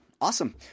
awesome